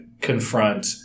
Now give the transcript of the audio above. confront